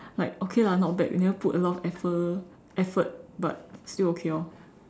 like okay lah not bad we never put a lot of effor~ effort but still okay orh